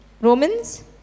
Romans